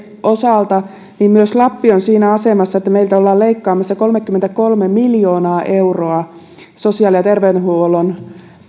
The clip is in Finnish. osalta niin myös lappi on siinä asemassa että meiltä ollaan leikkaamassa kolmekymmentäkolme miljoonaa euroa sosiaali ja terveydenhuollon